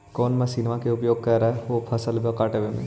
कौन मसिंनमा के उपयोग कर हो फसलबा काटबे में?